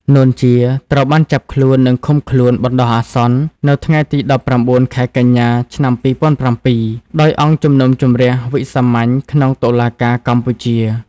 នួន ជា ត្រូវបានចាប់ខ្លួន និងឃុំខ្លួនបណ្តោះអាសន្ននៅថ្ងៃទី១៩ ខែកញ្ញា ឆ្នាំ២០០៧ ដោយអង្គជំនុំជម្រះវិសាមញ្ញក្នុងតុលាការកម្ពុជា ។